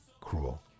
cruel